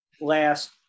last